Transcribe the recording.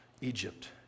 Egypt